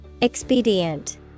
Expedient